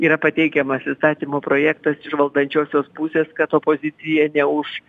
yra pateikiamas įstatymo projektas iš valdančiosios pusės kad opozicija ne už